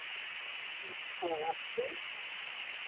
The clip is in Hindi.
अच्छा फूल